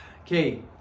okay